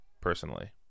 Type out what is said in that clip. personally